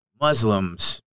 Muslims